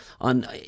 on